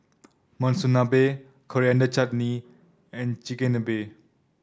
Monsunabe Coriander Chutney and Chigenabe